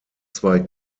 zwei